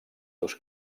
seus